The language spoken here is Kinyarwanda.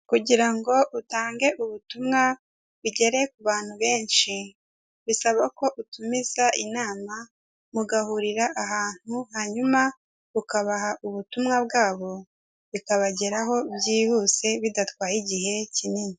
Kugira ngo utange ubutumwa bigere ku bantu benshi, bisaba ko utumiza inama mugahurira ahantu hanyuma ukabaha ubutumwa bwa bo, bikabageraho byihuse bidatwaye igihe kinini.